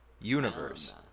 Universe